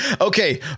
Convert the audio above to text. okay